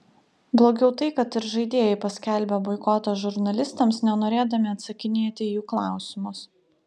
blogiau tai kad ir žaidėjai paskelbė boikotą žurnalistams nenorėdami atsakinėti į jų klausimus